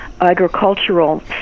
agricultural